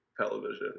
television